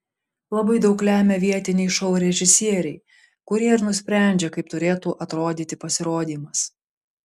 labai daug lemia vietiniai šou režisieriai kurie ir nusprendžia kaip turėtų atrodyti pasirodymas